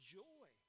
joy